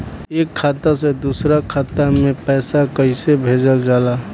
एक खाता से दूसरा खाता में पैसा कइसे भेजल जाला?